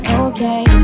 okay